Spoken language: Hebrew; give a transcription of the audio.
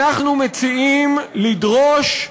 אנחנו מציעים לדרוש,